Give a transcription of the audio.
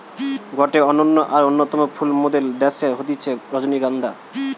গটে অনন্য আর অন্যতম ফুল মোদের দ্যাশে হতিছে রজনীগন্ধা